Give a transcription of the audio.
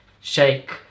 shake